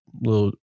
little